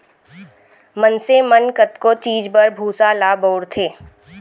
मनसे मन कतको चीज बर भूसा ल बउरथे